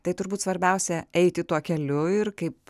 tai turbūt svarbiausia eiti tuo keliu ir kaip